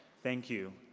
thank you.